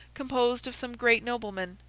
composed of some great noblemen,